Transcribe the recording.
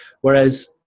whereas